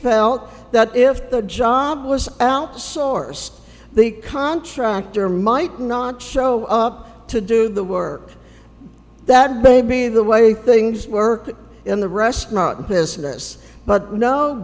felt that if the job was outsourced the contractor might not show up to do the work that may be the way things work in the restaurant business but no